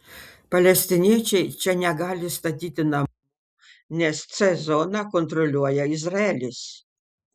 palestiniečiai čia negali statyti namų nes c zoną kontroliuoja izraelis